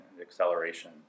acceleration